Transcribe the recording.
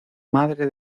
madre